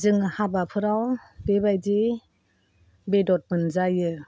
जों हाबाफोराव बेबादि बेदर मोनजायो